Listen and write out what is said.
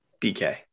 DK